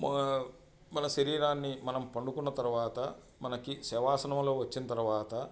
మన శరీరాన్ని మనం పండుకున్న తరువాత మనకి శవాసనంలో వచ్చిన తరువాత